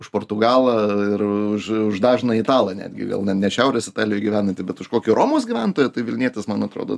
už portugalą ir už už dažną italą netgi gal ne ne šiaurės italijoj gyvenantį bet už kokį romos gyventoją tai vilnietis man atrodo